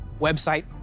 website